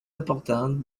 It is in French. importante